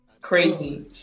crazy